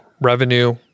revenue